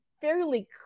fairly